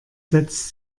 setzt